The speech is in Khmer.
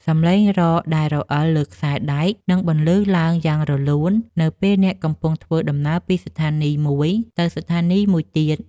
សំឡេងរ៉កដែលរអិលលើខ្សែដែកនឹងបន្លឺឡើងយ៉ាងរលូន នៅពេលអ្នកកំពុងធ្វើដំណើរពីស្ថានីយមួយទៅស្ថានីយមួយទៀត។